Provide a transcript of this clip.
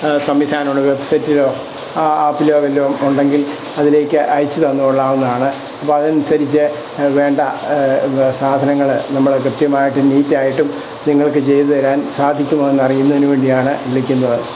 സംവിധാനമുണ്ട് വെബ് സൈറ്റിലോ ആപ്പിലോ വല്ലതും ഉണ്ടെങ്കിൽ അതിലേക്ക് അയച്ചു തന്നോളാവുന്നതാണ് അപ്പം അതനുസരിച്ച് അതു വേണ്ട സാധനങ്ങൾ നമ്മൾ കൃത്യമായിട്ടും നീറ്റായിട്ടും നിങ്ങൾക്കു ചെയ്തു തരാൻ സാധിക്കുമോ എന്നറിയുന്നതിന് വേണ്ടിയാണ് വിളിക്കുന്നത്